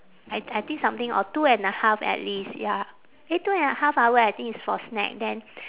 I I think something or two and a half at least ya eh two and a half hour I think it's for snack then